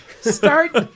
start